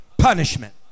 punishment